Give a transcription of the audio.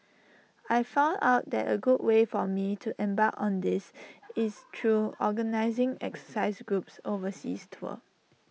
I found out that A good way for me to embark on this is through organising exercise groups overseas tours